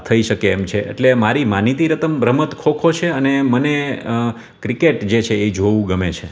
થઈ શકે એમ છે એટલે મારી માનીતી રમત ખોખો છે અને મને ક્રિકેટ જે છે એ જોવું ગમે છે